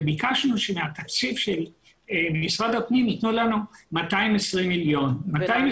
וביקשנו שמהתקציב של משרד הפנים יתנו לנו 220,000,000 ₪.